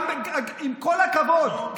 עם כל הכבוד,